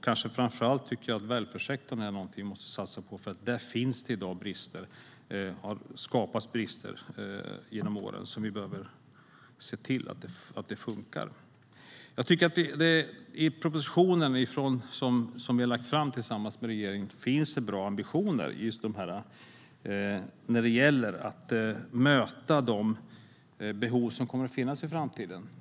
Kanske framför allt tycker jag att välfärdssektorn är något som vi måste satsa på, för där finns det brister i dag. Det har skapats brister genom åren, och vi behöver se till att det fungerar. I den proposition som vi har lagt fram tillsammans med regeringen finns det bra ambitioner när det gäller att möta de behov som kommer att finnas i framtiden.